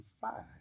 five